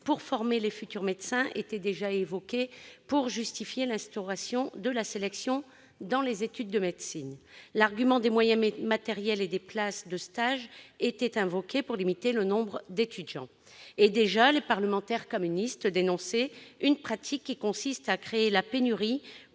pour former les futurs médecins afin de justifier l'instauration de la sélection dans les études de médecine. L'argument des moyens matériels et des places de stage avait été invoqué pour limiter le nombre d'étudiants. À l'époque déjà, les parlementaires communistes dénonçaient une pratique qui consiste à créer la pénurie